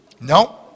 No